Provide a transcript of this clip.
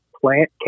plant